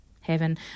Heaven